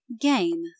game